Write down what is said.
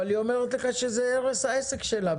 היא אומרת לך שזה הרס העסק שלה,